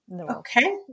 Okay